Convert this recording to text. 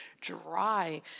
dry